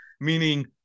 meaning